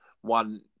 one